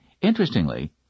Interestingly